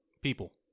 people